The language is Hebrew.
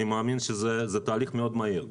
אני מאמין שזה תהליך מהיר מאוד.